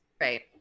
right